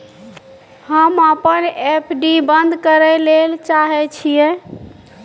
हम अपन एफ.डी बंद करय ले चाहय छियै